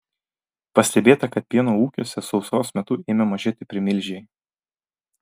pastebėta kad pieno ūkiuose sausros metu ėmė mažėti primilžiai